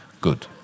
Good